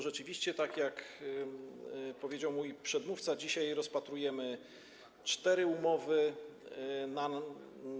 Rzeczywiście, tak jak powiedział mój przedmówca, dzisiaj rozpatrujemy cztery ustawy tego typu.